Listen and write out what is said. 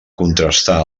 contrastar